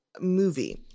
movie